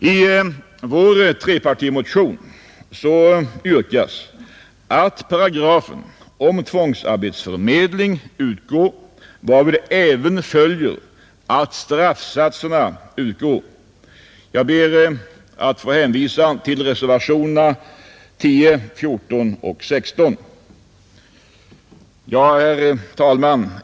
I vår trepartimotion yrkas att paragrafen om tvångsarbetsförmedling utgår varvid även följer att straffsatserna utgår. Jag ber att få hänvisa till reservationerna 10, 14 och 16. Herr talman!